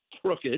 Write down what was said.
crooked